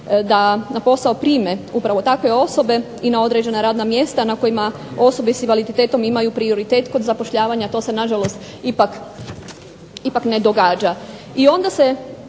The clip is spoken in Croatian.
da na posao prime upravo takve osobe i na određena radna mjesta na kojima osobe s invaliditetom imaju prioritet kod zapošljavanja. To se nažalost ipak ne događa.